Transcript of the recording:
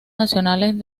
nacionales